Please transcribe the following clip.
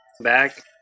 back